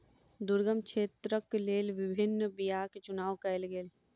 दुर्गम क्षेत्रक लेल विभिन्न बीयाक चुनाव कयल गेल